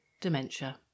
dementia